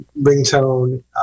ringtone